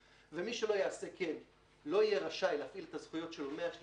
מי שלא יעשה כן לא יהיה רשאי להפעיל את הזכויות שלו מה-3